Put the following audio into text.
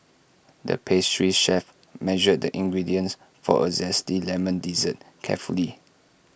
the pastry chef measured the ingredients for A Zesty Lemon Dessert carefully